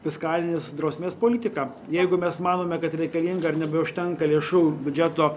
fiskalinės drausmės politiką jeigu mes manome kad reikalinga ir nebeužtenka lėšų biudžeto